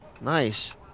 Nice